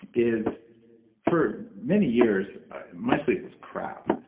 is for many years my sleep was crap,